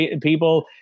people